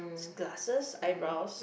glasses eyebrows